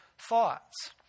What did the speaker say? thoughts